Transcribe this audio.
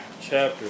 chapter